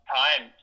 time